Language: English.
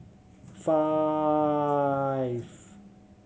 five